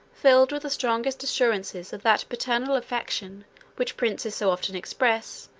filled with the strongest assurances of that paternal affection which princes so often express,